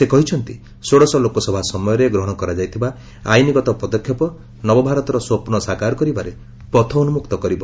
ସେ କହିଛନ୍ତି ଷୋଡଶ ଲୋକସଭା ସମୟରେ ଗ୍ରହଣ କରାଯାଇଥିବା ଆଇନଗତ ପଦକ୍ଷେପ ନବଭାରତର ସ୍ୱପ୍ନ ସାକାର କରିବାରେ ପଥ ଉନୁକ୍ତ କରିବ